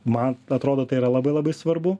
man atrodo tai yra labai labai svarbu